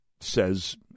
says